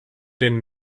den